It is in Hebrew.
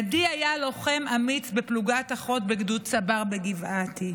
עדי היה לוחם אמיץ בפלוגת החוד בגדוד צבר בגבעתי.